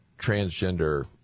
transgender